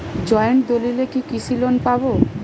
Joint দলিলে কি কৃষি লোন পাব?